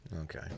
Okay